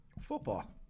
Football